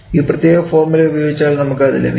ഈ പ്രത്യേക ഫോർമുല ഉപയോഗിച്ചാൽ നമുക്ക് അത് ലഭിക്കും